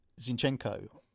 Zinchenko